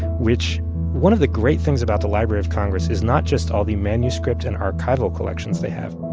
which one of the great things about the library of congress is not just all the manuscript and archival collections they have.